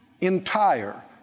entire